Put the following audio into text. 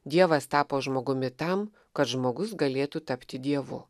dievas tapo žmogumi tam kad žmogus galėtų tapti dievu